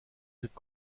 cette